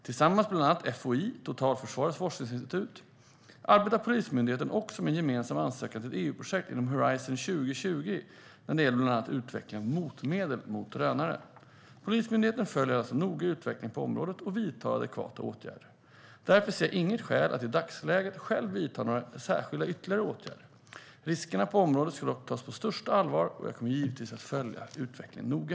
Tillsammans med bland annat FOI, Totalförsvarets forskningsinstitut, arbetar Polismyndigheten också med en gemensam ansökan till ett EU-projekt inom Horizon 2020 när det gäller bland annat utveckling av motmedel mot drönare. Polismyndigheten följer alltså noga utvecklingen på området och vidtar adekvata åtgärder. Därför ser jag inga skäl att i dagsläget själv vidta några särskilda ytterligare åtgärder. Riskerna på området ska dock tas på största allvar, och jag kommer givetvis att följa utvecklingen noga.